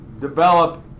develop